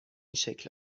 شکل